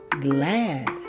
Glad